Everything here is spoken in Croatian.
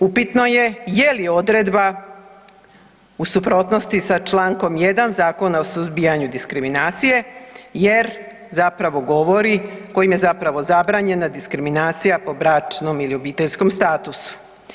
Upitno je, je li odredba u suprotnosti sa člankom 1. Zakona o suzbijanju diskriminacije jer zapravo govori, kojim je zapravo zabranjena diskriminacija po bračnom ili obiteljskom statusu.